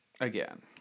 again